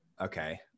okay